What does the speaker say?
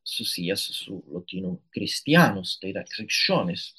susijęs su lotynų kristianus tai yra krikščionis